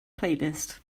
playlist